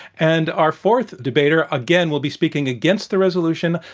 and our fourth debater, again, will be speaking against the resolution.